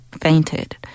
fainted